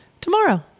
tomorrow